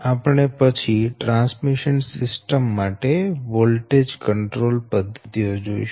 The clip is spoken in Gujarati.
આપણે પછી ટ્રાન્સમિશન સિસ્ટમ માટે વોલ્ટેજ કંટ્રોલ પદ્ધતિઓ જોઈશુ